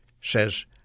says